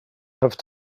have